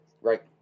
right